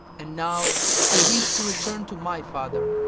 and now i wish to return to my father,